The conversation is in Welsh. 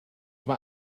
mae